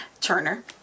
Turner